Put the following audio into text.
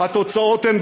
הכול אותו דבר.